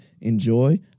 enjoy